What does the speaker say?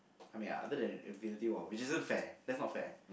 I mean other than Infinity War which isn't fair that's not fair